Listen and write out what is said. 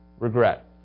regret